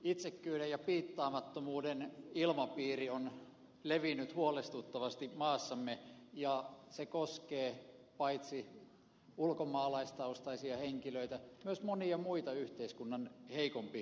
itsekkyyden ja piittaamattomuuden ilmapiiri on levinnyt huolestuttavasti maassamme ja se koskee paitsi ulkomaalaistaustaisia henkilöitä myös monia muita yhteiskunnan heikompiosaisia